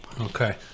Okay